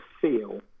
feel